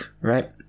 right